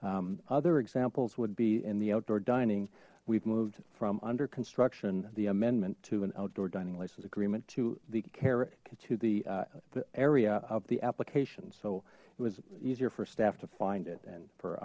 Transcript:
closure other examples would be in the outdoor dining we've moved from under construction the amendment to an outdoor dining license agreement to the care to the area of the application so it was easier for staff to find it and for